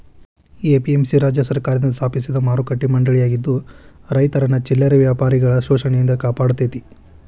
APMC ರಾಜ್ಯ ಸರ್ಕಾರದಿಂದ ಸ್ಥಾಪಿಸಿದ ಮಾರುಕಟ್ಟೆ ಮಂಡಳಿಯಾಗಿದ್ದು ರೈತರನ್ನ ಚಿಲ್ಲರೆ ವ್ಯಾಪಾರಿಗಳ ಶೋಷಣೆಯಿಂದ ಕಾಪಾಡತೇತಿ